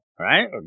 Right